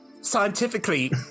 scientifically